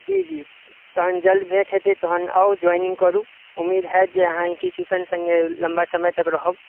जी जी तहन जल्द भेट हेतै तहन आउ जॉइनिंग करू उम्मीद हैत जे अहाँ इंस्टीच्युशन सङ्गे लम्बा समय तक रहब